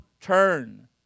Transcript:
turn